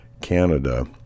canada